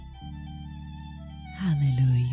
Hallelujah